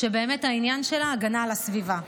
שהעניין שלה הגנה על הסביבה.